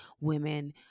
women